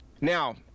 Now –